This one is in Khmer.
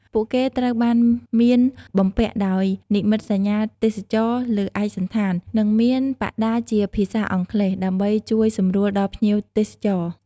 ពួកគេត្រូវបានមានបំពាក់ដោយនិមិត្តសញ្ញាទេសចរណ៍លើឯកសណ្ឋាន និងមានបដាជាភាសាអង់គ្លេស ដើម្បីជួយសម្រួលដល់ភ្ញៀវទេសចរ។